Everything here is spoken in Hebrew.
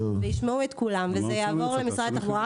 וישמעו את כולם וזה יעבור למשרד התחבורה.